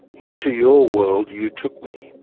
into your world you took me,